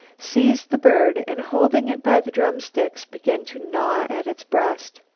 seized the bird and holding it by the drumsticks began to gnaw at its breast.